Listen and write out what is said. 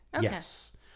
Yes